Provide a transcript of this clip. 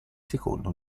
secondo